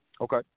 Okay